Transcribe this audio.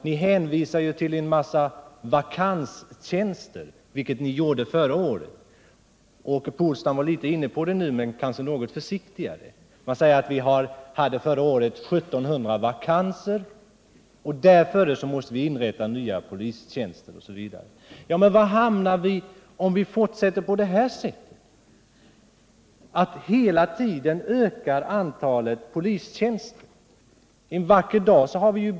Ni hänvisar till en massa vakanstjänster, vilket ni gjorde också förra året. Åke Polstam var inne på det även nu men kanske något försiktigare. Var hamnar vi om vi fortsätter på detta sätt? Om vi hela tiden ökar antalet Nr 118 polistjänster, har vi en vacker dag poliser så att det svämmar över. Måste man Torsdagen den inte söka orsaken till vakanserna?